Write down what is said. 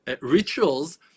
rituals